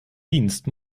dienst